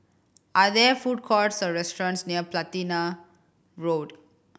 are there food courts or restaurants near Platina Road